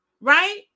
Right